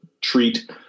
treat